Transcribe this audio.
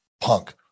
punk